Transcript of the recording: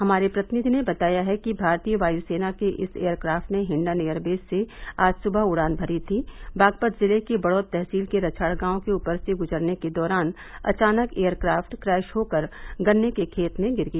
हमारे प्रतिनिधि ने बताया कि भारतीय वायुसेना के इस एयरक्राफ्ट ने हिंडन एयरबेस से आज सुबह उड़ान भरी थी बागपत जिले के बडौत तहसील के रछाड़ गांव के ऊपर से गुजरने के दौरान अचानक एयरक्राप्ट क्रैश होकर गन्ने के खेत में गिर गया